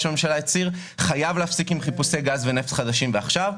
הממשלה הצהיר חייבים להפסיק עם חיפושי גז ונפט חדשים כבר עכשיו.